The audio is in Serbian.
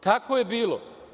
Kako je bilo.